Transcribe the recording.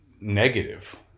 negative